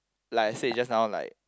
like I said just now like